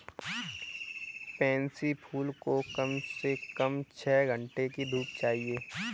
pansy फूल को कम से कम छह घण्टे की धूप चाहिए